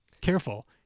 careful